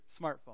smartphone